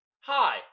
Hi